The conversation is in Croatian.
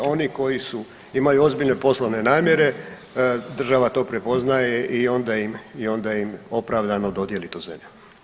Oni koji su, imaju ozbiljne poslovne namjere, država to prepoznaje i onda im, onda im opravdano dojeli tu zemlju.